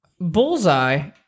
Bullseye